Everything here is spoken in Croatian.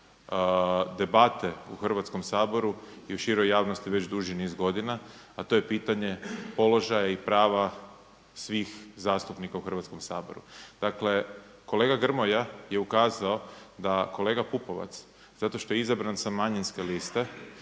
debate u Hrvatskom saboru i u široj javnosti već duži niz godina, a to je pitanje položaja i prava svih zastupnika u Hrvatskom saboru. Dakle, kolega Grmoja je ukazao da kolega Pupovac zato što je izabran sa manjinske liste